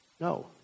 No